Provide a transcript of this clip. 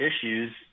issues